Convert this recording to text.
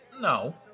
No